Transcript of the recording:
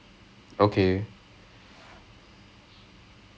and I played throughout the whole tournament with the injury